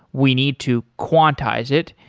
we need to quantize it.